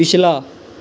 ਪਿਛਲਾ